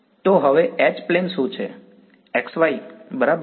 તો હવે H -plane શું છે x y બરાબર